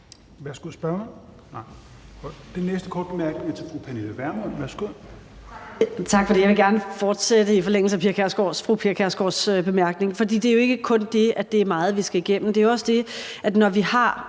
er til fru Pernille Vermund. Værsgo. Kl. 12:56 Pernille Vermund (NB): Tak for det. Jeg vil gerne fortsætte i forlængelse af fru Pia Kjærsgaards bemærkning. For det er jo ikke kun det, at det er meget, vi skal igennem. Det er jo også det, at når vi har,